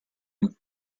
him